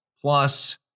plus